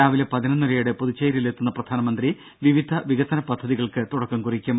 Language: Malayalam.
രാവിലെ പതിന്നൊന്നരയോടെ പുതുച്ചേരിയി ലെത്തുന്ന പ്രധാനമന്ത്രി വിവിധ വികസന പദ്ധതികൾക്ക് തുടക്കം കുറിക്കും